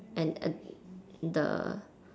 and at the